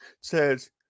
says